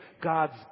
God's